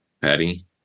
Patty